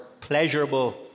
pleasurable